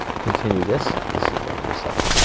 continue this this is row number seven.